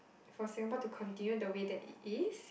for Singapore to continue the way that it is